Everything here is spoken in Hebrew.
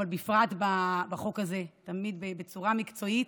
אבל בפרט בחוק הזה, תמיד בצורה מקצועית,